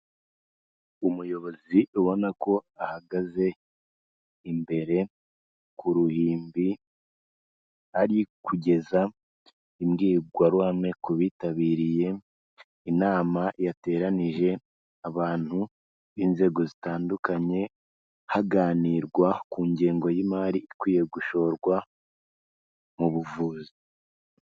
Umuyobozi ubona ko ahagaze imbere ku ruhimbi, ari kugeza imbwirwaruhame ku bitabiriye inama yateranije abantu b'inzego zitandukanye, haganirwa ku ngengo y'imari ikwiye gushorwa mu buvuzi.